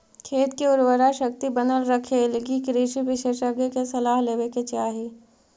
खेत के उर्वराशक्ति बनल रखेलगी कृषि विशेषज्ञ के सलाह लेवे के चाही